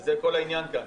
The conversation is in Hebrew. וזה כל העניין כאן,